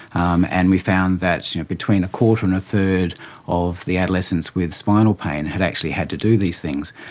um and we found that you know between a quarter and a third of the adolescents with spinal pain had actually had to do these things.